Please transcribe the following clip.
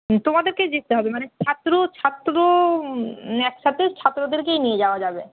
তোমাদেরকেই যেতে হবে মানে ছাত্র ছাত্র একসাথে ছাত্রদেরকেই নিয়ে যাওয়া যাবে